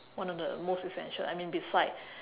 one of the most essential I mean beside